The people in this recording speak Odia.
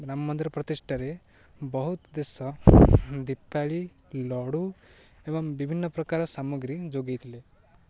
ରାମ ମନ୍ଦିର ପ୍ରତିଷ୍ଠାରେ ବହୁତ ଦେଶ ଦୀପାଳି ଲଡ଼ୁ ଏବଂ ବିଭିନ୍ନ ପ୍ରକାର ସାମଗ୍ରୀ ଯୋଗେଇ ଥିଲେ